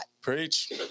preach